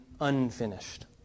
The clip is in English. unfinished